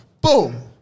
boom